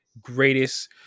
greatest